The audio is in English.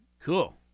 Cool